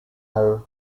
her